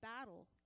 battle